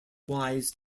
wise